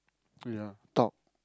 wait ah talk